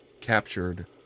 captured